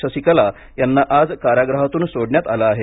ससीकला यांना आज कारागृहातून सोडण्यात आलं आहे